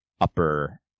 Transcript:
upper